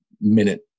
minute